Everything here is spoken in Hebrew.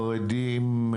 חרדים,